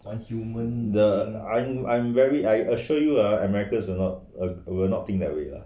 I'm I'm very I I assure you ah america do not will will not think that way lah